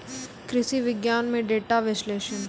कृषि विज्ञान में डेटा विश्लेषण